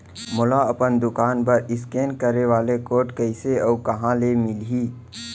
मोला अपन दुकान बर इसकेन करे वाले कोड कइसे अऊ कहाँ ले मिलही?